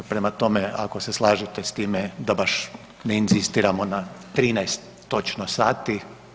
Prema tome, ako se slažete s time da baš ne inzistiramo na 13 točno sati?